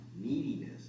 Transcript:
Neediness